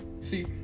See